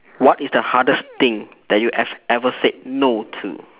what is the hardest thing that you have ever said no to